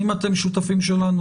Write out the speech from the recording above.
אם אתם שותפים שלנו